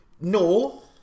No